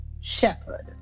shepherd